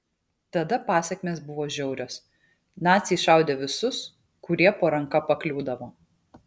tada pasekmės buvo žiaurios naciai šaudė visus kurie po ranka pakliūdavo